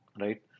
right